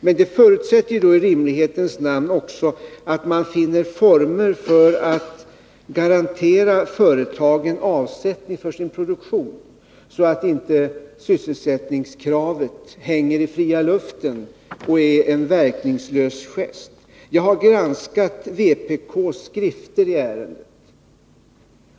Men det förutsätter ju i rimlighetens namn också att man finner former för att garantera företagen avsättning för sin produktion, så att inte sysselsättningskravet hänger fritt i luften och är en verkningslös gest. Jag har granskat vpk:s skrifter i ärendet.